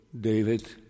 David